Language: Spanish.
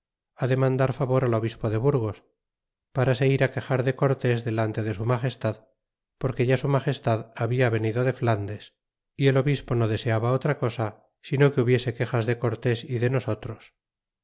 toro demandar favor al obispo de burgos para se ir quexar de cortés delante su magestad porque ya su magestad habia venido de flandes y el obispo no deseaba otra cosa sino que hubiese quexas de cortes y de nosotros